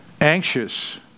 Anxious